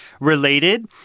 related